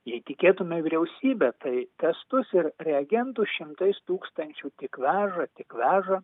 jei tikėtume vyriausybe tai testus ir reagentų šimtais tūkstančių tik veža tik veža